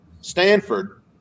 Stanford